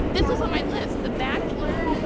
this was on my list the bachelor.